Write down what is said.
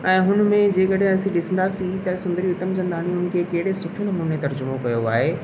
ऐं हुन में जे कॾहिं असीं ॾिसंदासीं त सुंदरी उतमचंदाणीअ केॾे सुठे नमूने तर्जुमो कयो आहे